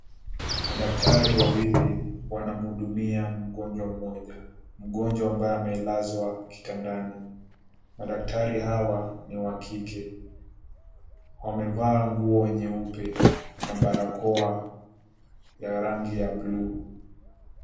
Madaktari wawili wanamhudumia mgonjwa mmoja. Mgonjwa ambaye amelazwa kitandani. Madaktari hawa ni wa kike. Wamevaa nguo nyeupe na barakoa ya rangi ya buluu.